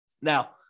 Now